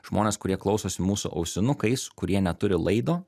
žmonės kurie klausosi mūsų ausinukais kurie neturi laido